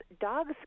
dogs